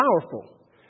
powerful